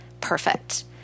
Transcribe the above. perfect